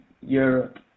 Europe